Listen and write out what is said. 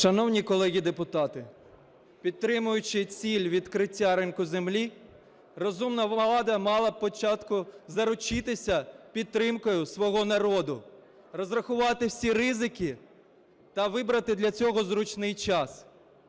Шановні колеги депутати, підтримуючи ціль відкриття ринку землі, розумна влада мала б спочатку заручитися підтримкою свого народу, розрахувати всі ризики та вибрати для цього зручний час.